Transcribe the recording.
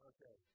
Okay